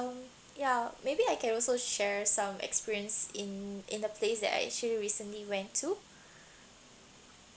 ya maybe I can also share some experience in in a place that I actually recently went to